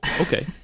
Okay